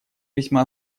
весьма